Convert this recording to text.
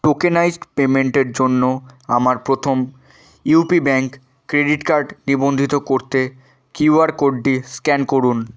tokenised পেমেন্টের জন্য আমার প্রথম ইউপি ব্যাঙ্ক ক্রেডিট কার্ড নিবন্ধিত করতে কিউআর কোডটি স্ক্যান করুন